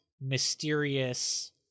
mysterious